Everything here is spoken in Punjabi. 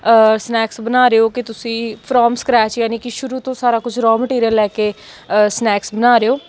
ਸਨੈਕਸ ਬਣਾ ਰਹੇ ਹੋ ਕਿ ਤੁਸੀਂ ਫਰੋਮ ਸਕਰੈਚ ਯਾਨੀ ਕਿ ਸ਼ੁਰੂ ਤੋਂ ਸਾਰਾ ਕੁਛ ਰੋਅ ਮਟੀਰੀਅਲ ਲੈ ਕੇ ਸਨੈਕਸ ਬਣਾ ਰਹੇ ਹੋ